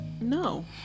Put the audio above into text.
No